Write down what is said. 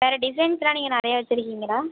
வேறு டிசைன்ஸெல்லாம் நீங்கள் நிறைய வச்சுருக்கீங்களா